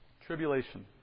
Tribulation